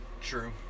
True